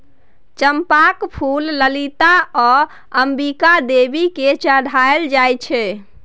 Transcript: चंपाक फुल ललिता आ अंबिका देवी केँ चढ़ाएल जाइ छै